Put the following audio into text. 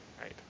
Right